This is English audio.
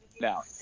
now